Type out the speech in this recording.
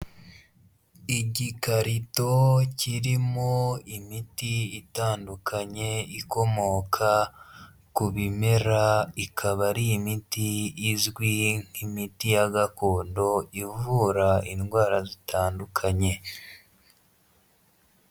Igikarito kirimo imiti itandukanye ikomoka ku bimera ikaba ari imiti izwi nk'imiti ya gakondo ivura indwara zitandukanye.